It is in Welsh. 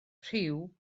rhyw